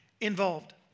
involved